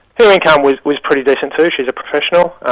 her income was was pretty decent too, she's a professional,